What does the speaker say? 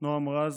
נעם רז,